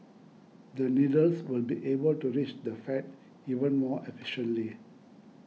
the needles will be able to reach the fat even more efficiently